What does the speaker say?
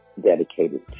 dedicated